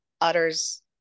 utters